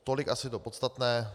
Tolik asi to podstatné.